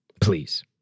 please